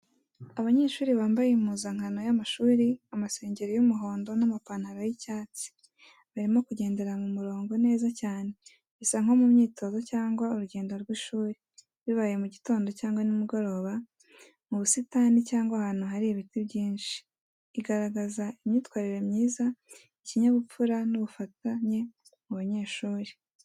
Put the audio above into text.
Abanyeshuri bambaye impuzankano y’amashuri amasengeri y’umuhondo n’amapantalo y’icyatsi, barimo kugendera mu murongo neza cyane, bisa nko mu myitozo cyangwa urugendo rw’ishuri. Bibaye mu gitondo cyangwa nimugoroba, mu busitani cyangwa ahantu hari ibiti byinshi. Igaragaza imyitwarire myiza, ikinyabupfura, n’ubufatanye mu banyeshuri.